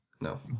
No